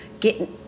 get